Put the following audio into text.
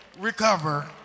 recover